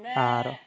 ᱟᱨ